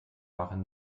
waren